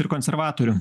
ir konservatorių